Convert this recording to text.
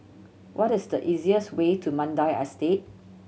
what is the easiest way to Mandai Estate